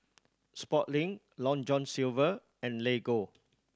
Sportslink Long John Silver and Lego